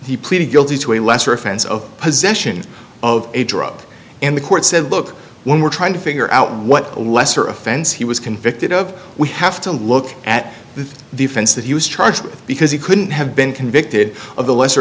he pleaded guilty to a lesser offense of possession of a drop in the court said look when we're trying to figure out what a lesser offense he was convicted of we have to look at the defense that he was charged with because he couldn't have been convicted of the lesser